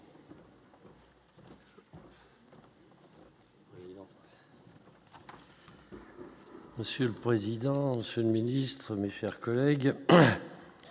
Monsieur le président, Monsieur le Ministre, mes chers collègues,